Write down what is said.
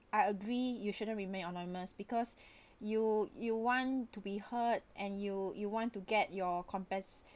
I agree you shouldn't remain on anonymous because you you want to be heard and you you want to get your compense~